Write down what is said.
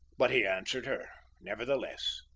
but he answered her nevertheless,